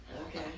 Okay